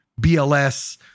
BLS